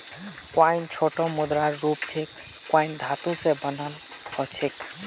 coin छोटो मुद्रार रूप छेक कॉइन धातु स बनाल ह छेक